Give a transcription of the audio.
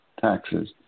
taxes